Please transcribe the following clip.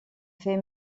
fer